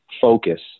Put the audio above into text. focus